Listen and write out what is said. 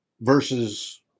versus